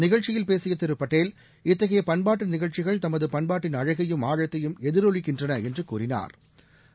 நிகழ்ச்சியில் பேசிய திரு படேல் இத்தயை பண்பாட்டு நிகழ்ச்சிகள் நமது பண்பாட்டின் அழகையும் ஆழத்தையும் எதிரொலிக்கின்றன என்று கூறினாா்